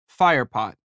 firepot